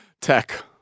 tech